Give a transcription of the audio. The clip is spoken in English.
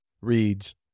reads